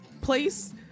place